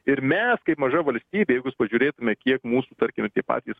ir mes kaip maža valstybė jeigu jūs pažiūrėtumėt kiek mūsų tarkime patys